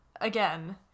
again